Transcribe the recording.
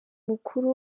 mukuru